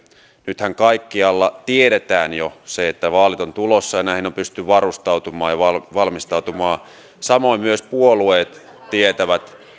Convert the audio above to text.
nythän kaikkialla tiedetään jo se että vaalit ovat tulossa ja näihin on pystytty varustautumaan ja valmistautumaan samoin myös puolueet tietävät